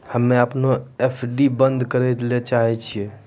हम्मे अपनो एफ.डी बन्द करै ले चाहै छियै